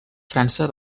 frança